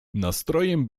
nastrojem